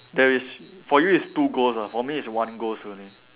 there is for you is two ghost ah for me is one ghost only